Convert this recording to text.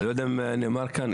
אני לא יודע אם נאמר כאן,